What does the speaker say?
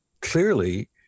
Clearly